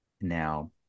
now